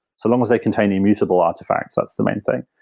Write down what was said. so long as they contain immutable artifacts, that's the main thing.